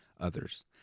others